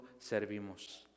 servimos